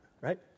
right